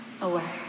away